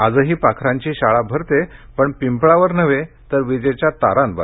आजही पाखरांची शाळा भरते पण पिंपळावर नव्हे तर विजेच्या तारांवर